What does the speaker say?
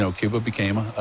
so cuba became ah ah